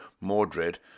Mordred